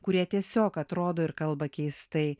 kurie tiesiog atrodo ir kalba keistai